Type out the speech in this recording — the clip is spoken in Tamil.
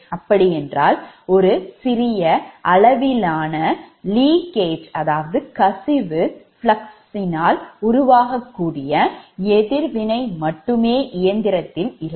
அப்படி என்றால் ஒரு சிறிய அளவிலான leakage கசிவு fluxனால் உருவாகக்கூடிய எதிர்வினை மட்டுமே இயந்திரத்தில் இருக்கும்